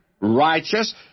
righteous